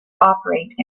operate